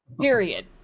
Period